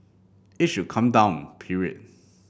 it should come down period